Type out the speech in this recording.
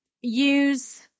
use